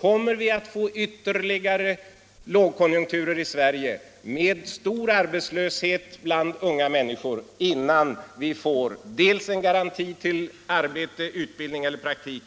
Kommer vi att få ytterligare lågkonjunkturer i Sverige med stor arbetslöshet bland unga människor innan vi får dels en garanti för arbete, utbildning eller praktik,